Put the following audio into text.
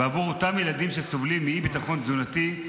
ועבור אותם ילדים שסובלים מאי-ביטחון תזונתי.